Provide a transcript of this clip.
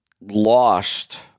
lost